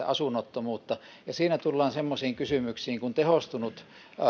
asunnottomuutta ja siinä tullaan semmoisiin kysymyksiin kuin tehostunut